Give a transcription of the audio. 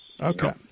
Okay